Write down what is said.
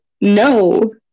no